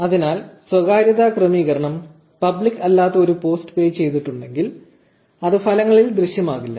അതിനാൽ സ്വകാര്യതാ ക്രമീകരണം പബ്ലിക് അല്ലാത്ത ഒരു പോസ്റ്റ് പേജ് ചെയ്തിട്ടുണ്ടെങ്കിൽ അത് ഫലങ്ങളിൽ ദൃശ്യമാകില്ല